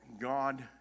God